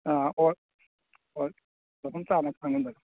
ꯑꯥ ꯍꯣꯏ ꯍꯣꯏ ꯃꯐꯝ ꯆꯥꯕ